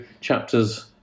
chapters